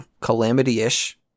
Calamity-ish